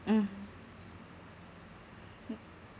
mm